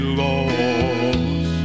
lost